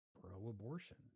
pro-abortion